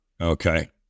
okay